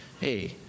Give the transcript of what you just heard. hey